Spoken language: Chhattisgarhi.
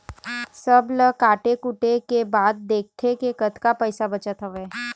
सब ल काटे कुटे के बाद देखथे के कतका पइसा बचत हवय